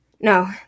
No